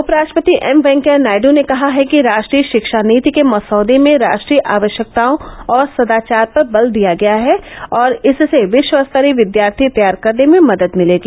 उपराष्ट्रपति एमवेंकैया नायडू ने कहा है कि राष्ट्रीय शिक्षा नीति के मसौदे में राष्ट्रीय आवश्यकताओं और सदाचार पर बल दिया गया है और इससे विश्व स्तरीय विद्यार्थी तैयार करने में मदद मिलेगी